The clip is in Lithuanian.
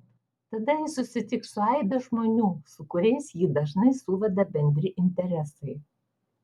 tada jis susitiks su aibe žmonių su kuriais jį dažnai suveda bendri interesai